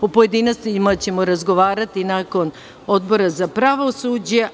U pojedinostima ćemo razgovarati nakon Odbora za pravosuđe.